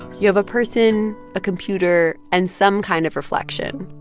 you have a person, a computer and some kind of reflection.